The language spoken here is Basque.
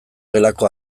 gelako